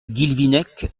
guilvinec